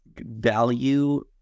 value